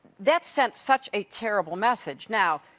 that sent such a terrible message. now,